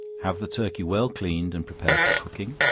have the turkey well cleaned and prepared for cooking,